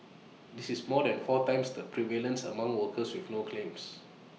this is more than four times the prevalence among workers with no claims